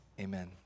amen